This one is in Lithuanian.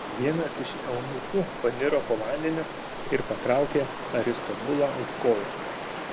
vienas iš eunuchų paniro po vandeniu ir patraukė aristobulą už kojų